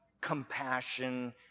compassion